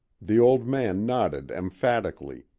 the old man nodded emphatically,